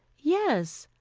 yes.